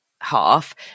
half